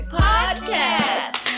podcast